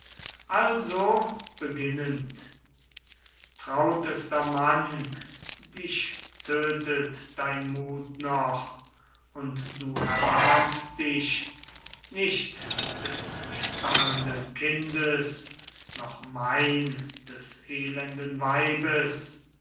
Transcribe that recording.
eilendes laufes trautester mann dich tötet dein mut noch und du erbarmst dich nicht des stammelnden kindes noch mein des elenden weibes